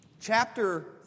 chapter